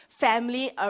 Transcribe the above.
family